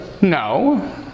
No